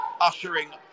ushering